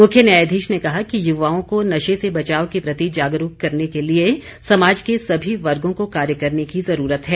मुख्य न्यायाधीश ने कहा कि युवाओं को नशे से बचाव के प्रति जागरूक करने के लिए समाज के सभी वर्गो को कार्य करने की जरूरत है